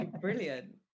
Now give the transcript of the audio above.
Brilliant